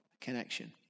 connection